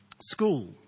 school